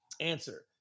Answer